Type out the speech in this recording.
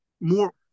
more